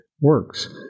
works